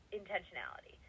intentionality